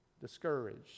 discouraged